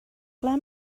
ble